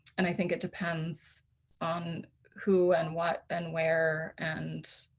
and i think it depends on who and what and where and